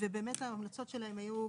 וההמלצות שלהם היו,